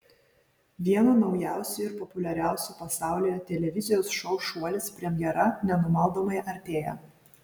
vieno naujausių ir populiariausių pasaulyje televizijos šou šuolis premjera nenumaldomai artėja